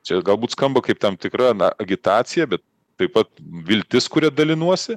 čia galbūt skamba kaip tam tikra na agitacija be taip pat viltis kuria dalinuosi